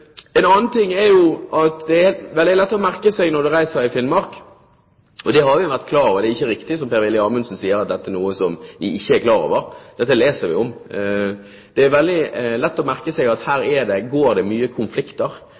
En annen ting som det er veldig lett å merke seg når man reiser i Finnmark, er at det her er mange konflikter. Det har vi vært klar over. Det er ikke riktig, som Per-Willy Amundsen sier, at dette er noe som vi ikke er klar over. Dette leser vi om. Det er veldig lett å merke seg at her går det mye konflikter.